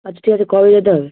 আচ্ছা ঠিক আছে কবে যেতে হবে